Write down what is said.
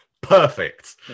perfect